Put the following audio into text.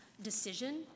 Decision